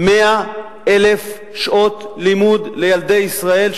100,000 שעות לימוד לילדי ישראל,